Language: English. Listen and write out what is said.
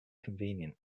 convenient